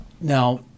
Now